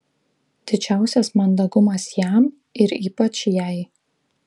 didžiausias mandagumas jam ir ypač jai